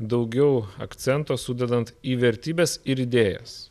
daugiau akcento sudedant į vertybes ir idėjas